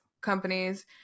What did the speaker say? companies